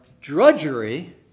drudgery